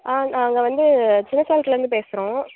ஆ நாங்கள் வந்து சின்ன சேலத்துலேருந்து பேசுகிறோம்